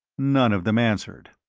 none of them answered.